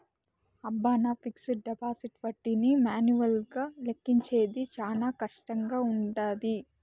అబ్బ, నా fixed deposit ఒడ్డీని మాన్యువల్గా లెక్కించేది శానా కష్టంగా వుండాది